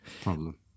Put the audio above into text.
problem